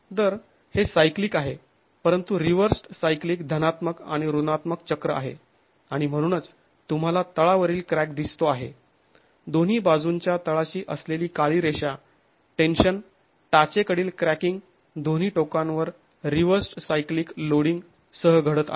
तर हे सायकलिक आहे परंतु रिव्हर्स्ड् सायकलिक धनात्मक आणि ऋणात्मक चक्र आहे आणि म्हणूनच तुम्हाला तळावरील क्रॅक दिसतो आहे दोन्ही बाजूंच्या तळाशी असलेली काळी रेषा टेन्शन टाचेकडील क्रॅकींग दोन्ही टोकांवर रिव्हर्स्ड् सायकलिक लोडिंग सह घडत आहे